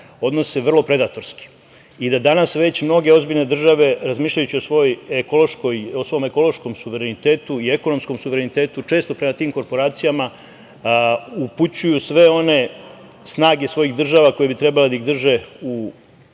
odnose vrlo predatorski. Danas već mnoge ozbiljne države razmišljajući o svom ekološkom suverenitetu i ekonomskom suverenitetu često prema tim korporacijama upućuju sve one snage svojih država koje bi trebale da ih drže